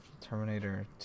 Terminator